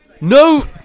No